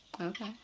Okay